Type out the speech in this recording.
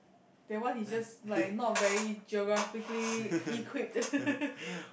that one he just like not very geographically equipped